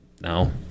No